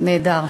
נהדר.